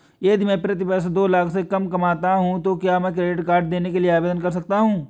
यदि मैं प्रति वर्ष दो लाख से कम कमाता हूँ तो क्या मैं क्रेडिट कार्ड के लिए आवेदन कर सकता हूँ?